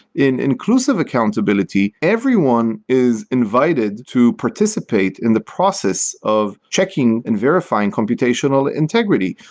in inclusive accountability, everyone is invited to participate in the process of checking and verifying computational integrity.